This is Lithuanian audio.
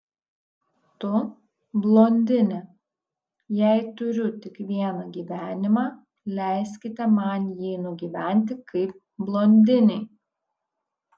tu blondinė jei turiu tik vieną gyvenimą leiskite man jį nugyventi kaip blondinei